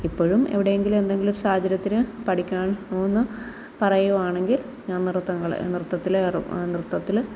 ഇപ്പോഴും എവിടെയെങ്കിലും എന്തെങ്കിലും സാഹചര്യത്തിൽ പഠിക്കണോയെന്ന് പറയുകയാണെങ്കിൽ ഞാൻ നൃത്തങ്ങൾ നൃത്തത്തിൽ ഏറ്റവും നൃത്തത്തിൽ